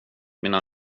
mina